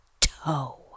Toe